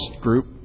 group